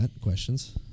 questions